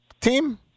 team